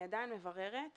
אני עדיין מבררת.